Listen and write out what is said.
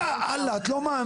יא אללה, את לא מאמינה.